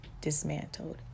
dismantled